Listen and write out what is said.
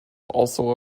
also